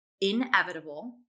Inevitable